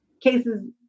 cases